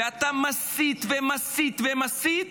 ואתה מסית, מסית ומסית.